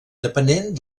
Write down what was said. depenent